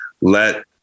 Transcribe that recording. Let